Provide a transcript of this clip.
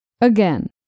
Again